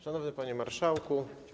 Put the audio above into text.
Szanowny Panie Marszałku!